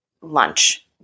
lunch